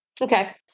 Okay